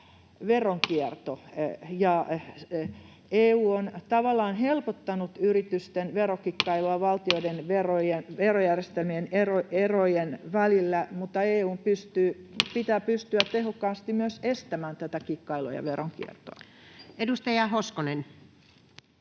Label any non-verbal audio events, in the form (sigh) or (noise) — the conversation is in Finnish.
koputtaa] EU on tavallaan helpottanut yritysten verokikkailua (noise) valtioiden verojärjestelmien erojen välillä, mutta EU:n pitää pystyä (noise) tehokkaasti myös estämään tätä kikkailua ja veronkiertoa. Edustaja Hoskonen.